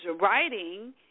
writing